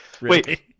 Wait